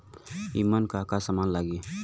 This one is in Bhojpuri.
ईमन का का समान लगी?